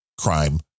crime